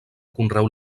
conreu